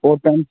और पेन